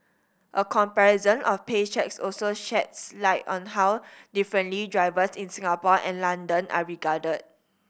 a comparison of pay cheques also sheds light on how differently drivers in Singapore and London are regarded